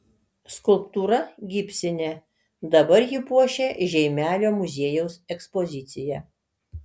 skulptūra gipsinė dabar ji puošia žeimelio muziejaus ekspoziciją